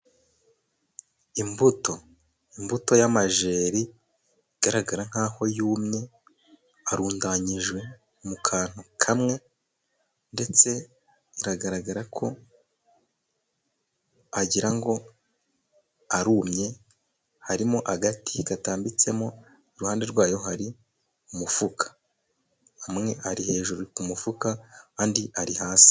Imbuto, imbuto y'amajeri igaragara nk'aho yumye. Arundanyijwe mu kantu kamwe, ndetse biragaragara ko wagira ngo arumye. Harimo agati gatambitsemo, iruhande rwayo hari umufuka. Amwe ari hejuru ku mufuka andi ari hasi.